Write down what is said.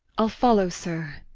i'll follow, sir.